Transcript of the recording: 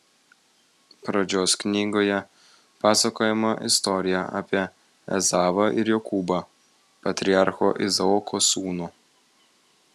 pradžios knygoje pasakojama istorija apie ezavą ir jokūbą patriarcho izaoko sūnų